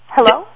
Hello